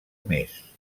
més